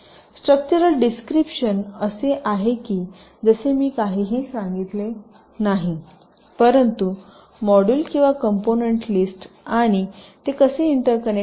structural description असे आहे की जसे मी काहीही सांगितले नाही परंतु मॉड्यूल किंवा कॉम्पोनन्ट लिस्ट आणि ते कसे इंटरकनेक्ट आहेत